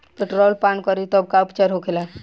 Petrol पान करी तब का उपचार होखेला?